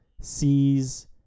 sees